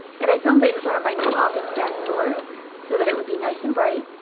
and i filmed it in front of my new office back door so that it would be nice and bright.